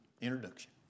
introduction